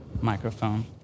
microphone